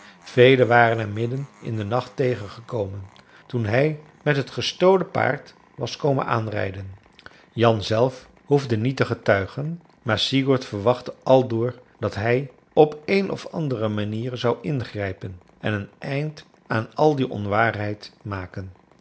velen waren hem midden in den nacht tegengekomen toen hij met het gestolen paard was komen aanrijden jan zelf hoefde niet te getuigen maar sigurd verwachtte aldoor dat hij op een of andere manier zou ingrijpen en een eind aan al die onwaarheid maken